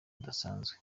budasanzwe